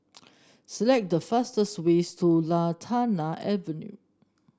select the fastest ways to Lantana Avenue